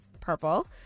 purple